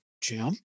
Jim